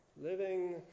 living